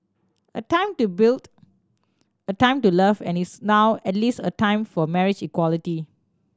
a time to build a time to love and is now at last a time for marriage equality